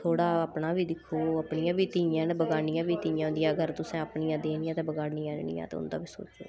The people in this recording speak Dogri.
थोह्ड़ा अपना बी दिक्खो अपनियां बी धियां न बगानियां बी धियां होंदियां अगर तुसें अपनियां देनियां ते बगानियां आह्ननियां ते उंदा बी सोचो